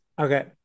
okay